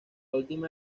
última